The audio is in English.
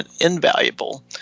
invaluable